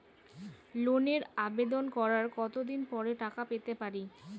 লোনের আবেদন করার কত দিন পরে টাকা পেতে পারি?